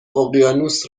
اقیانوس